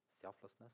selflessness